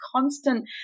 constant